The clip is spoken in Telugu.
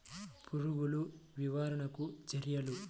పురుగులు నివారణకు చర్యలు?